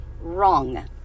wrong